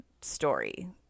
story